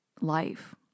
life